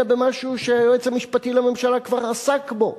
אלא במשהו שהיועץ המשפטי לממשלה כבר עסק בו,